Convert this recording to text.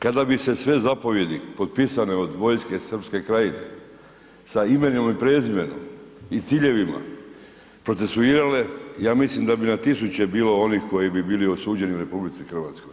Kada bi se sve zapovijedi potpisane od vojske Srpske Krajine sa imenom i prezimenom i ciljevima procesuirale ja mislim da bi na tisuće bilo onih koji bi bili osuđeni u RH.